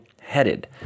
headed